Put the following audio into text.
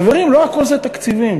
חברים, לא הכול זה תקציבים